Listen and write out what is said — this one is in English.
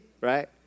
right